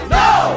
no